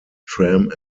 tram